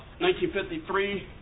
1953